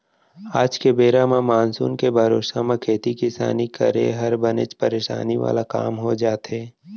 आज के बेरा म मानसून के भरोसा म खेती किसानी करे हर बने परसानी वाला काम हो जाथे